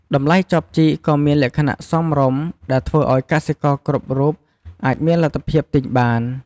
តម្លៃចបជីកក៏មានលក្ខណៈសមរម្យ ដែលធ្វើឱ្យកសិករគ្រប់រូបអាចមានលទ្ធភាពទិញបាន។